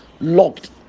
locked